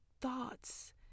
thoughts